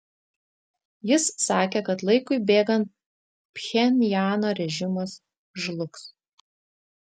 jis sakė kad laikui bėgant pchenjano režimas žlugs